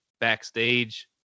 backstage